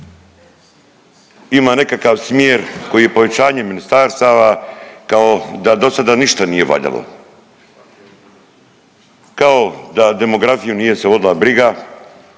ima nekakav smjer koji je povećanjem ministarstava kao da do sada ništa nije valjalo, kao da demografiju se nije vodila briga,